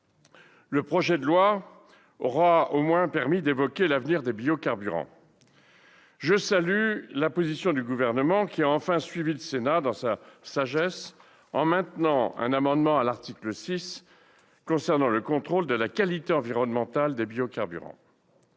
Le projet de loi aura au moins permis d'évoquer l'avenir des biocarburants. Je salue la position du Gouvernement, qui a enfin suivi le Sénat dans sa sagesse en maintenant un amendement à l'article 6 concernant le contrôle de la qualité environnementale des biocarburants.